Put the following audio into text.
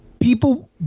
People